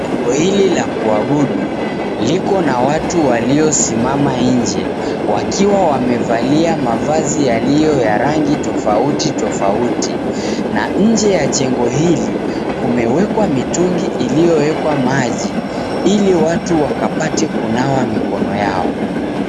Jengo hili la kuabudu, liko na watu waliosimama nje, wakiwa wamevalia mavazi yalio ya rangi tofauti tofauti. Na nje ya jengo hili, kumewekwa mitungi iliyowekwa maji ili watu wakapate kunawa mikono yao.